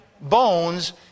bones